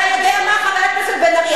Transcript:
אתה יודע מה, חבר הכנסת בן-ארי?